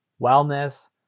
wellness